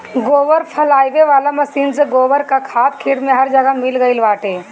गोबर फइलावे वाला मशीन से गोबर कअ खाद खेत में हर जगह मिल गइल बाटे